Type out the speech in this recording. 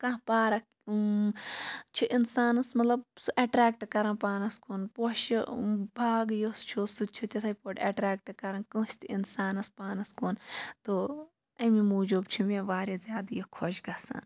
کانٛہہ پارَک چھِ اِنسانَس مطلب اَٹریکٹ کَران پانَس کُن پوشہِ باغ یُس چھُ سُہ چھُ تِتھاے پٲٹھۍ اَٹریکٹ کَران کٲنسہِ تہِ اِنسانَس پانَس کُن تہِ اَمے موٗجوٗب چھُ مےٚ واریاہ زیادٕ یہِ خۄش گَژھان